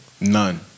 None